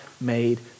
made